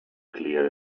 clear